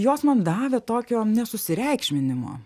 jos man davė tokio nesusireikšminimo